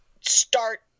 start